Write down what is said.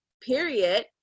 period